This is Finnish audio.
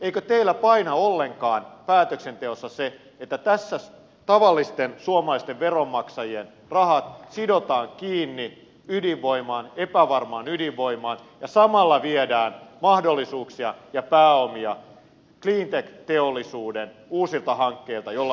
eikö teillä paina ollenkaan päätöksenteossa se että tässä tavallisten suomalaisten veronmaksajien rahat sidotaan kiinni epävarmaan ydinvoimaan ja samalla viedään mahdollisuuksia ja pääomia cleantech teollisuuden uusilta hankkeilta joilla saataisiin vientiä